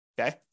okay